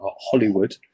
Hollywood